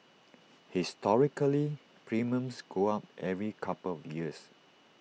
historically premiums go up every couple of years